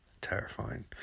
Terrifying